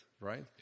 right